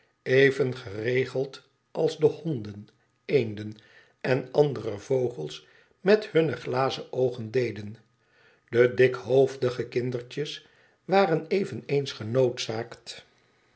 even geregeld als de honden eenden en andere vogels met hunne glazen oogen deden de dikhoofdige kindertjes waren eveneens